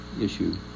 issue